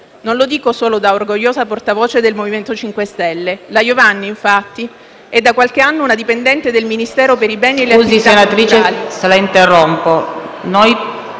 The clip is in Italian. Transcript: Non lo dico solo da orgogliosa portavoce del MoVimento 5 Stelle. La Iovanni, infatti, è da qualche anno una dipendente del Ministero per i beni e le attività culturali.